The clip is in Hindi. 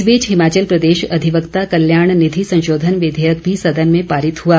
इस बीच हिमाचल प्रदेश अधिवक्ता कल्याण निधि संशोधन विधेयक भी सदन में पारित हुआ